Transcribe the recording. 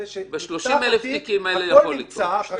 ב-30,000 התיקים האלו זה יכול לקרות.